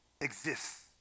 exists